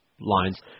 lines